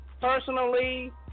personally